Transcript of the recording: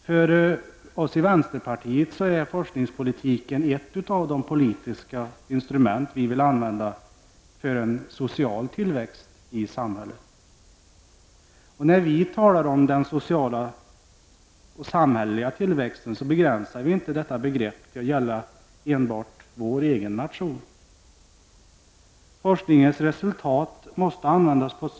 För oss i vänsterpartiet är forskningspolitiken ett av de politiska instrument som vi vill använda för en social tillväxt i samhället. När vi talar om den sociala och den samhälleliga tillväxten begränsar vi inte detta begrepp till att gälla enbart vår egen nation. Forskningens resultat måste användas på ett.